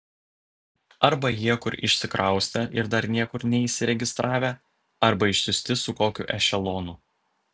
arba jie kur išsikraustę ir dar niekur neįsiregistravę arba išsiųsti su kokiu ešelonu